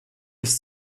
ist